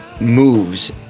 moves